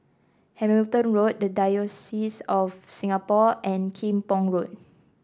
Hamilton Road the Diocese of Singapore and Kim Pong Road